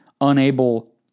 unable